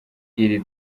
iri